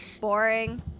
Boring